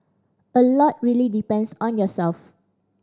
a lot really depends on yourself